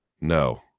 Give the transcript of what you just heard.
No